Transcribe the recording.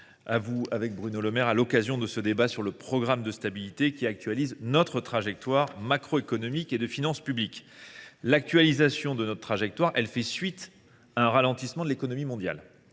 à vous, avec Bruno Le Maire, à l’occasion de ce débat sur le programme de stabilité, qui actualise notre trajectoire macroéconomique et de finances publiques. Cette actualisation fait suite à un ralentissement de l’économie mondiale,